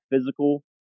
physical